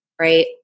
right